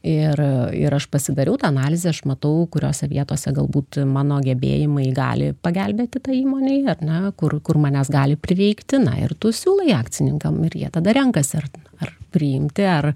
iir ir aš pasidariau tą analizę aš matau kuriose vietose galbūt mano gebėjimai gali pagelbėti tai įmonei ar ne kur kur manęs gali prireikti na ir tu siūlai akcininkam ir jie tada renkasi ar priimti ar